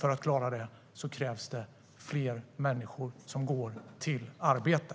För att klara det krävs fler människor som går till arbetet.